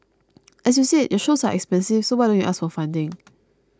as you said your shows are expensive so why don't you ask for funding